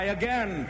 again